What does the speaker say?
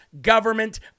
government